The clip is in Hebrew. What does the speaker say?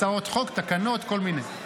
הצעות חוק, תקנות, כל מיני.